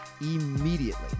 immediately